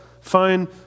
fine